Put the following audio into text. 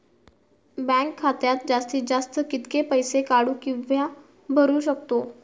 Bank खात्यात जास्तीत जास्त कितके पैसे काढू किव्हा भरू शकतो?